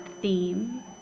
theme